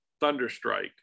Thunderstrike